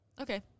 Okay